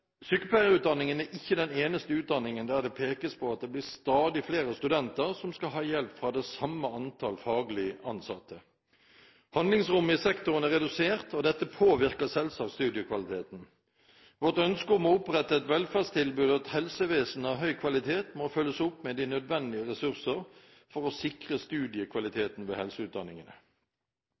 er ikke den eneste utdanningen der det pekes på at det blir stadig flere studenter som skal ha hjelp fra det samme antall faglig ansatte. Handlingsrommet i sektoren er redusert, og dette påvirker selvsagt studiekvaliteten. Vårt ønske om å opprettholde et velferdstilbud og et helsevesen av høy kvalitet må følges opp med de nødvendige ressurser for å sikre studiekvaliteten ved helseutdanningene.